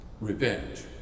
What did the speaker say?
Revenge